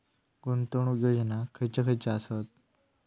गुंतवणूक योजना खयचे खयचे आसत?